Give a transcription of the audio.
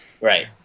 Right